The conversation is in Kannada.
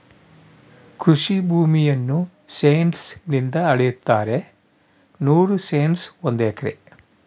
ಕೃಷಿ ಭೂಮಿಯನ್ನು ಸೆಂಟ್ಸ್ ನಿಂದ ಅಳೆಯುತ್ತಾರೆ ನೂರು ಸೆಂಟ್ಸ್ ಒಂದು ಎಕರೆ